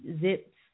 zips